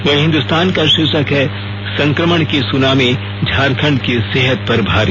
वहीं हिंदुस्तान का शीर्षक है संक्रमण की सुनामी झारखंड की सेहत पर भारी